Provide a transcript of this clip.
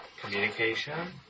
Communication